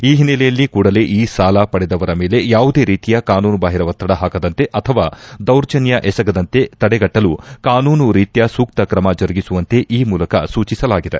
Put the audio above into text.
ಈ ಹಿನ್ನೆಲೆಯಲ್ಲಿ ಕೂಡಲೇ ಈ ಸಾಲ ಪಡೆದವರ ಮೇಲೆ ಯಾವುದೇ ರೀತಿಯ ಕಾನೂನುಬಾಹಿರ ಒತ್ತಡ ಹಾಕದಂತೆ ಅಥವಾ ದೌರ್ಜನ್ನ ಎಸಗದಂತೆ ತಡೆಗಟ್ಟಲು ಕಾನೂನು ರೀತ್ಯ ಸೂಕ್ತ ಕ್ರಮ ಜರುಗಿಸುವಂತೆ ಈ ಮೂಲಕ ಸೂಚಿಸಲಾಗಿದೆ